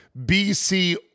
BC